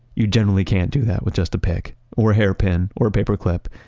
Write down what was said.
you generally can't do that with just a pick or hairpin or paperclip.